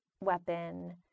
weapon